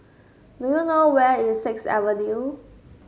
do you know where is Sixth Avenue